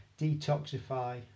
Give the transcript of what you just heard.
detoxify